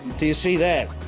do you see that?